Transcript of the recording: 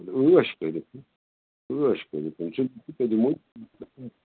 اَدٕ عٲش کٔرِتھ حظ عٲش کٔرِتھ کیٚنٛہہ چھُنہٕ یہِ کہِ دِمہوے